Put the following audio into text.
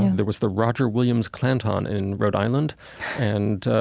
there was the roger williams klanton in rhode island and, ah,